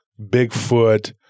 Bigfoot